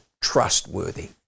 trustworthy